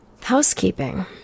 Housekeeping